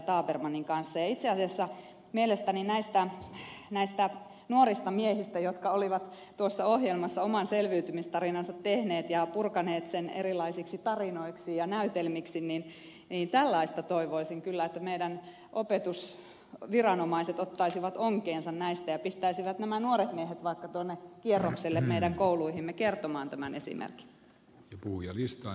tabermannin kanssa ja itse asiassa kun nämä nuoret miehet olivat tuossa ohjelmassa oman selviytymistarinansa tehneet ja purkaneet sen erilaisiksi tarinoiksi ja näytelmiksi niin tällaista toivoisin kyllä että meidän opetusviranomaisemme ottaisivat onkeensa näistä ja pistäisivät nämä nuoret miehet vaikka tuonne kierrokselle meidän kouluihimme kertomaan tämän esimerkin